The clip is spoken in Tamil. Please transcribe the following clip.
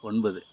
ஒன்பது